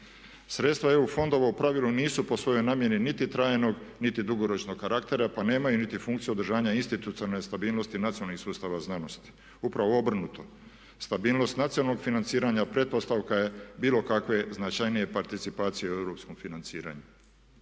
Sredstva EU fondova u pravilu nisu po svojoj namjeni niti trajnog niti dugoročnog karaktera pa nemaju niti funkciju održanja institucionalne stabilnosti nacionalnih sustava znanosti. Upravo obrnuto. Stabilnost nacionalnog financiranja pretpostavka je bilo kakve značajnije participacije u europskom financiranju.